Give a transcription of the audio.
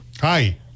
Hi